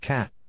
Cat